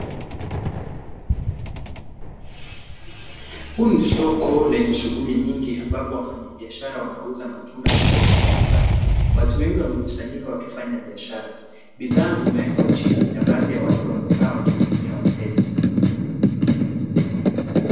Huu ni soko lenye shughuli nyingi ambapo wafanyabiashara wanauza matunda na mboga mbalimbali. Watu wengi wamekusanyika wakifanya biashara. Bidhaa zimewekwa chini na baadhi ya watu wamekaa wakihudumia wateja.